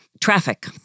traffic